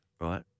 Right